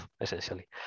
essentially